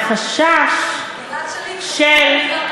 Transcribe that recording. מהחשש של, גלעד שליט, מנהרה.